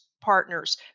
partners